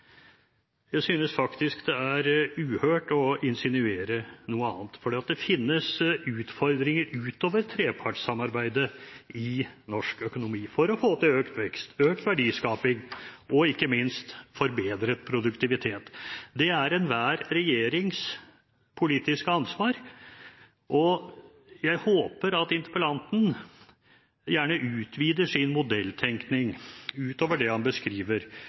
Jeg synes faktisk det er uhørt å insinuere noe annet, for det finnes utfordringer utover trepartssamarbeidet i norsk økonomi for å få til økt vekst, økt verdiskaping og ikke minst forbedret produktivitet. Det er enhver regjerings politiske ansvar. Jeg håper at interpellanten utvider sin modelltenkning utover det han beskriver,